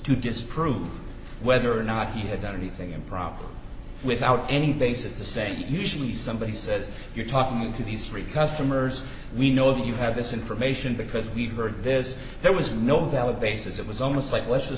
to disprove whether or not he had done anything improper without any basis to say usually somebody says you're talking to these three customers we know that you have this information because we've heard this there was no valid basis it was almost like what's the